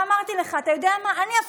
אמרתי לך, אתה יודע מה?